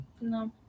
No